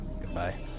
Goodbye